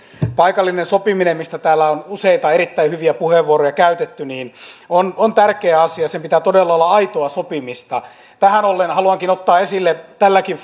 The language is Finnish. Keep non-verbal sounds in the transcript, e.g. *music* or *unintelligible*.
paikallinen sopiminen mistä täällä on useita erittäin hyviä puheenvuoroja käytetty on on tärkeä asia ja sen pitää todella olla aitoa sopimista näin ollen haluankin ottaa esille tälläkin *unintelligible*